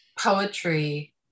poetry